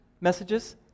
messages